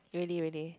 really really